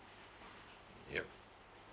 yup